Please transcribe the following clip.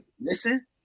listen